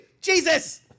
Jesus